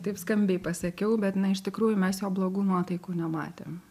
taip skambiai pasiekiau bet na iš tikrųjų mes jo blogų nuotaikų nematėm